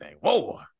Whoa